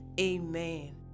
Amen